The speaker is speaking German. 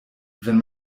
wenn